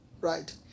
right